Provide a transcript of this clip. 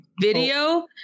video